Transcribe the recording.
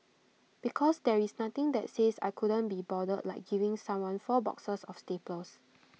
because there is nothing that says I couldn't be bothered like giving someone four boxes of staples